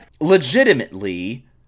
legitimately